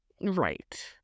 Right